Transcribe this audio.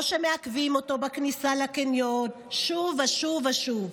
או שמעכבים אותו בכניסה לקניון שוב ושוב ושוב,